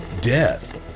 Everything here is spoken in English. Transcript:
death